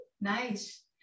Nice